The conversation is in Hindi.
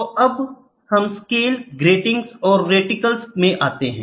तो अब हम स्केल ग्रेटिंग्स और रेटिकल्स में आते हैं